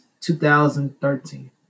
2013